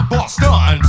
Boston